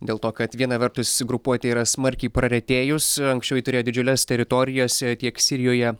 dėl to kad viena vertus grupuotė yra smarkiai praretėjus anksčiau ji turėjo didžiules teritorijas tiek sirijoje